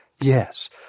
Yes